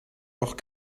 auch